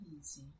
easy